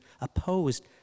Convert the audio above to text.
opposed